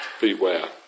beware